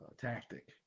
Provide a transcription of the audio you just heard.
tactic